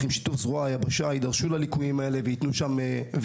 עם שיתוף זרוע היבשה ידרשו לליקויים האלה ויתנו מענה.